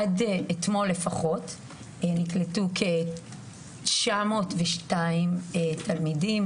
עד אתמול נקלטו כ-902 תלמידים